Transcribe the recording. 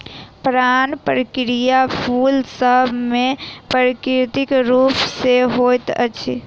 परागण प्रक्रिया फूल सभ मे प्राकृतिक रूप सॅ होइत अछि